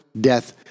death